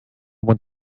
want